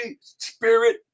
spirit